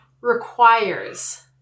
requires